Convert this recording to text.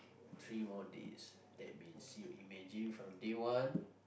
three more days that means you imagine from day one